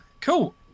Cool